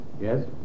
Yes